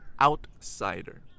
outsider